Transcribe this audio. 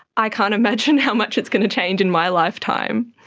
i can't imagine how much is going to change in my lifetime.